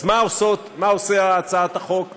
מה עושה הצעת החוק שהעלינו,